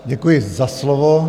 Děkuji za slovo.